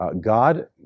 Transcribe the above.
God